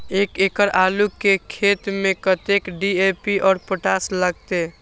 एक एकड़ आलू के खेत में कतेक डी.ए.पी और पोटाश लागते?